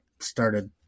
Started